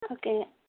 okay